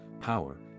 power